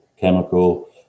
chemical